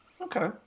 Okay